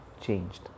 changed